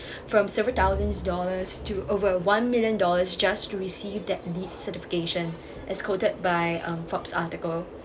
from several thousands dollars to over one million dollars just to receive that LEAD certification as quoted by um forbes article